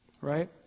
Right